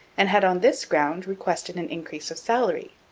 and had on this ground requested an increase of salary.